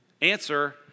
Answer